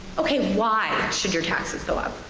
okay, why should your taxes go up?